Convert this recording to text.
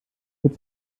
wird